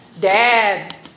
dad